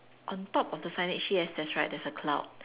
on top of the signage yes that's right there's a cloud